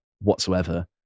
whatsoever